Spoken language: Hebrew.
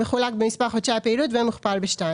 מחולק במספר חודשי הפעילות ומוכפל ב-2,